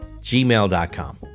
gmail.com